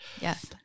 Yes